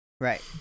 Right